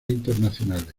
internacionales